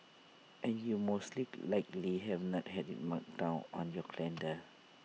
and you mostly likely have not had IT marked down on your calendar